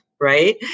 Right